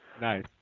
Nice